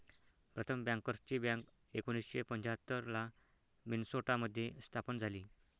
प्रथम बँकर्सची बँक एकोणीसशे पंच्याहत्तर ला मिन्सोटा मध्ये स्थापन झाली